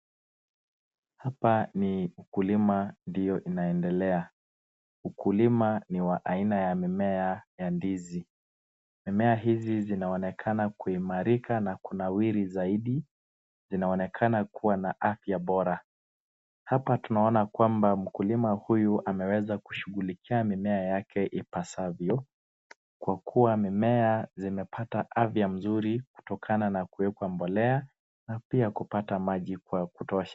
Hapa ni ukulima ndiyo inaendelea. Ukulima ni wa aina ya mimea ya ndizi. Mimea hizi zinaonekana kuimarika na kunawiri zaidi, zinaonekana kuwa na afya bora. Hapa tunaona kwamba mkulima huyu ameweza kushughulikia mimea yake ipasavyo kwa kuwa mimea zimepata afya mzuri kutokana na kuwekwa mbolea na pia kupata maji kwa kwakutosha.